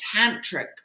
tantric